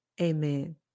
Amen